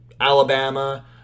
Alabama